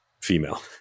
female